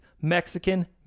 Mexican